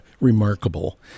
remarkable